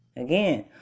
again